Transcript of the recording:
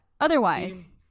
otherwise